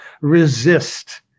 resist